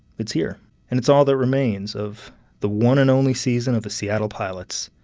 it's here and it's all that remains of the one and only season of the seattle pilots,